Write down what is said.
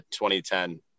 2010